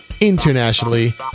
internationally